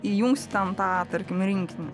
įjungsi ten tą tarkim rinkinį